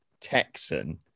Texan